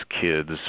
kids